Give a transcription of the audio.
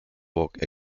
walk